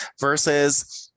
versus